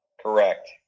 correct